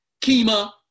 Kima